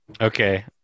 Okay